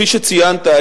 כפי שציינת,